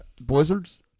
blizzards